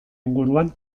inguruan